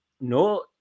No